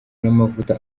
n’amavuta